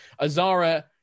Azara